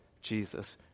Jesus